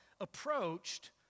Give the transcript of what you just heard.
approached